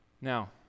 Now